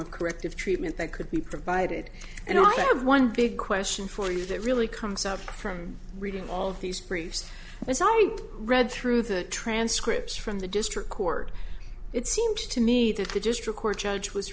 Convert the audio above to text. of corrective treatment that could be provided and i have one big question for you that really comes up from reading all of these briefs that's all we read through the transcripts from the district court it seems to me that the district court judge was